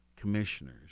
commissioners